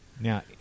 Now